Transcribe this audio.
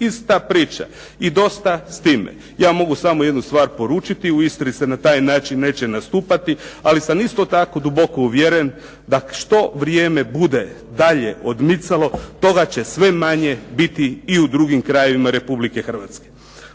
Ista priča. I dosta s time. Ja mogu samo jednu stvar poručiti, u Istri se na taj način neće nastupati, ali sam isto tako duboko uvjeren da što vrijeme bude dalje odmicalo toga će sve manje biti i u drugim krajevima Republike Hrvatske.